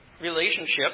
relationship